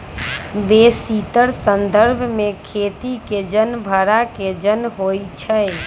बेशीतर संदर्भ में खेती के जन भड़ा के जन होइ छइ